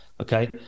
okay